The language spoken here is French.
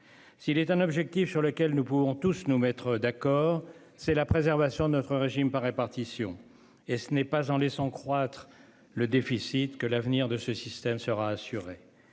S'il est un objectif sur lequel nous pouvons tous nous mettre d'accord, c'est la préservation de notre régime par répartition et ce n'est pas en laissant croître le déficit que l'avenir de ce système sera assurée.